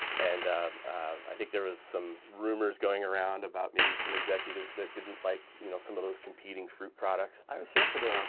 and i think there was some rumors going around about maybe some executives that didn't like you know some of those competing fruit products. i was here for those.